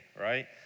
right